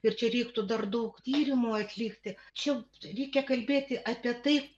ir čia reiktų dar daug tyrimų atlikti čia reikia kalbėti apie tai